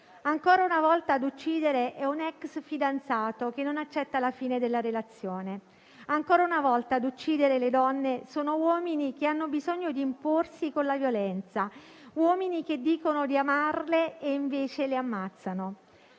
Ancora una volta ad uccidere è un ex fidanzato che non accetta la fine della relazione. Ancora una volta ad uccidere le donne sono uomini che hanno bisogno di imporsi con la violenza, uomini che dicono di amarle e invece le ammazzano.